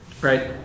Right